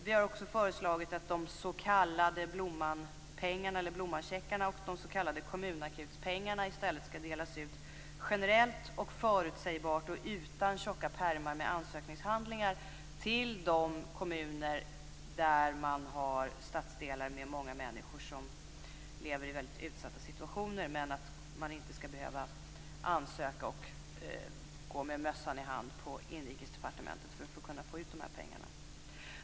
Vi har också föreslagit att de s.k. Blommancheckarna och de s.k. kommunakutpengarna i stället skall delas ut generellt och förutsägbart, utan tjocka pärmar med ansökningshandlingar, till de kommuner där man har stadsdelar med många människor som lever i väldigt utsatta situationer, men så att man inte behöver ansöka och gå med mössan i hand på Inrikesdepartementet för att kunna få ut de här pengarna.